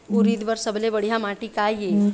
उरीद बर सबले बढ़िया माटी का ये?